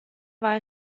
war